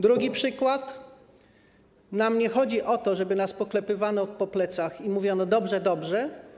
Drugi przykład: nam chodzi nie o to, żeby nas poklepywano po plecach i mówiono: dobrze, dobrze.